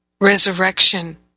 resurrection